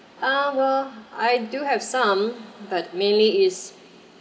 uh well I do have some but mainly is